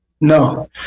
No